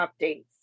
updates